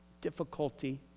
difficulty